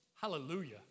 Hallelujah